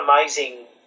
amazing